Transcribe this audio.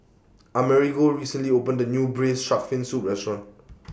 Amerigo recently opened A New Braised Shark Fin Soup Restaurant